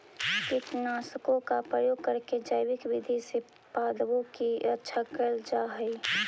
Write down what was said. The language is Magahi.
कीटनाशकों का प्रयोग करके जैविक विधि से पादपों की रक्षा करल जा हई